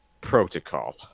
protocol